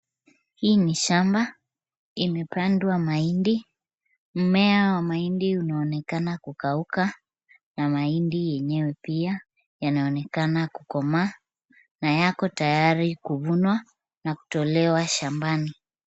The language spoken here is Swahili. Hii ni shamba. Imepandwa mahindi. Mmea wa mahindi unaonekana kukauka na mahindi yenyewe pia yanaonekana kukomaa na yako tayari kuvunwa na kutolewa shambani.